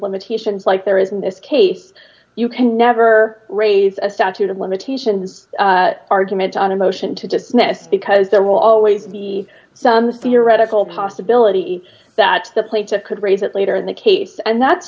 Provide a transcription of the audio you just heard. limitations like there is in this case you can never raise a statute of limitations argument on a motion to dismiss because there will always be some theoretical possibility that the place that could raise it later in the case and that's